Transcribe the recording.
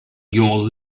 your